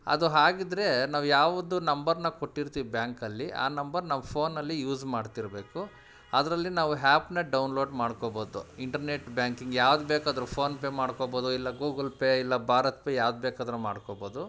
ಅದು ಹಾಗಿದ್ದರೆ ನಾವು ಯಾವುದು ನಂಬರನ್ನ ಕೊಟ್ಟಿರ್ತಿವಿ ಬ್ಯಾಂಕಲ್ಲಿ ಆ ನಂಬರ್ ನಾವು ಫೋನಲ್ಲಿ ಯೂಸ್ ಮಾಡ್ತಿರಬೇಕು ಅದರಲ್ಲಿ ನಾವು ಆ್ಯಪ್ನ ಡೌನ್ಲೋಡ್ ಮಾಡ್ಕೊಬೋದು ಇಂಟ್ರ್ನೆಟ್ ಬ್ಯಾಂಕಿಂಗ್ ಯಾವ್ದು ಬೇಕಾದರೂ ಫೋನ್ಪೇ ಮಾಡ್ಕೊಬೋದು ಇಲ್ಲ ಗೂಗಲ್ ಪೇ ಇಲ್ಲ ಭಾರತ್ ಪೇ ಯಾವ್ದು ಬೇಕಾದರೂ ಮಾಡ್ಕೊಬೋದು